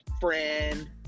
friend